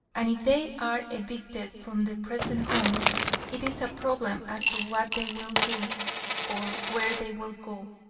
and if they are evicted from their present homes it is a problem as to what they will do or where they will go.